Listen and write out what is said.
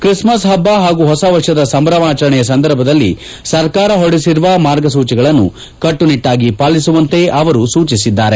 Christmas ಹಬ್ಬ ಹಾಗೂ ಹೊಸ ವರ್ಷದ ಸಂಭ್ರಮಾಚರಣೆಯ ಸಂದರ್ಭದಲ್ಲಿ ಸರ್ಕಾರ ಹೊರಡಿಸಿರುವ ಮಾರ್ಗಸೂಚಿಗಳನ್ನು ಕಟ್ಟುನಿಟ್ಟಾಗಿ ಪಾಲಿಸುವಂತೆ ಅವರು ಸೂಚಿಸಿದ್ದಾರೆ